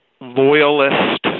loyalist